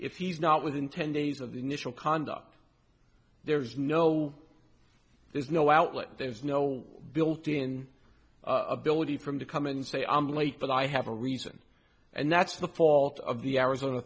if he's not within ten days of the initial conduct there's no there's no outlet there's no built in ability from to come in and say i'm late but i have a reason and that's the fault of the arizona